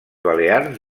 balears